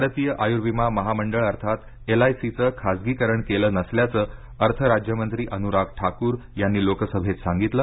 भारतीय आयूर्विमा महामंडळ अर्थात एलआयसीचं खाजगीकरण केलं नसल्याचं अर्थ राज्यमंत्री अनुराग ठाकूर यांनी लोकसभेत सांगितलं